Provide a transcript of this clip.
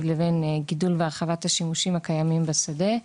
לבין גידול והרחבת השימושים הקיימים בשדה,